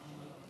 א'.